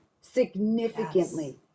significantly